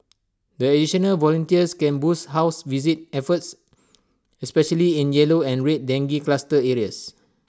the additional volunteers can boost house visit efforts especially in yellow and red dengue cluster areas